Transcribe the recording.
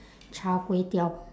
char kway teow